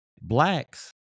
blacks